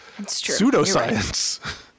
Pseudoscience